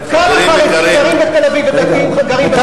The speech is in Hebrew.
כמה